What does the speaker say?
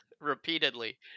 repeatedly